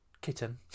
Kitten